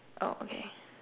oh okay